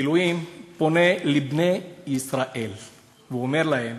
אלוהים פונה אל בני-ישראל והוא אומר להם: